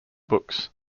books